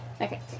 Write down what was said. Okay